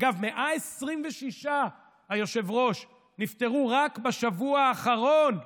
אגב, היושב-ראש, 126 נפטרו רק בשבוע האחרון.